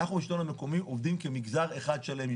אנחנו והשלטון המקומי עובדים כמגזר אחד שלם.